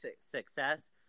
success